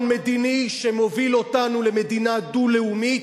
מדיני שמוביל אותנו למדינה דו-לאומית,